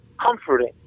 comforting